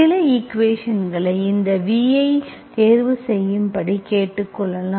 சில ஈக்குவேஷன்ஸ்களை இந்த vஐ தேர்வு செய்யும்படி கேட்டுக்கொள்ளலாம்